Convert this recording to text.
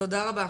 תודה רבה.